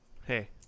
Hey